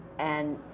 and